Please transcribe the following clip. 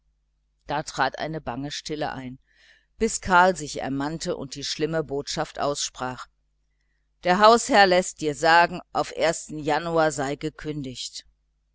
da trat eine bange stille ein bis karl sich ermannte und die schlimme botschaft aussprach der hausherr läßt dir sagen auf januar sei gekündigt